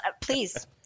please